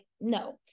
no